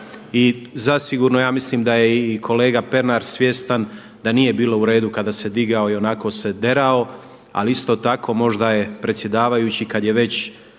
i zasigurno ja mislim da je i kolega Pernar svjestan da nije bilo u redu kada se digao i onako se derao, ali isto tako možda je predsjedavajući kad je već,